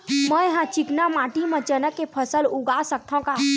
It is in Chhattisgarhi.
मै ह चिकना माटी म चना के फसल उगा सकथव का?